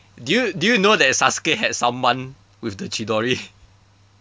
did you did you know that sasuke had someone with the chidori